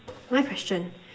my question